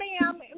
ma'am